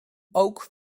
ook